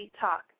talk